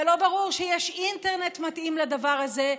ולא ברור שיש אינטרנט מתאים לדבר הזה,